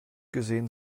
gesehen